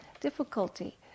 difficulty